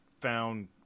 found